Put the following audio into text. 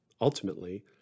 ultimately